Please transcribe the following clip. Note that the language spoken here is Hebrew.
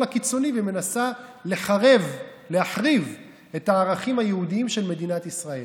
הקיצוני ומנסה להחריב את הערכים היהודיים של מדינת ישראל.